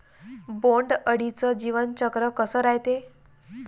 बोंड अळीचं जीवनचक्र कस रायते?